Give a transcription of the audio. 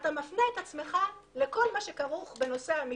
אתה מפנה את עצמך לכל מה שכרוך בנושא המשפחה.